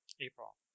April